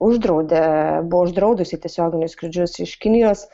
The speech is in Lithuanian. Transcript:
uždraudė buvo uždraudusi tiesioginius skrydžius iš kinijos